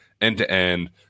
end-to-end